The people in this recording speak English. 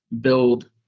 build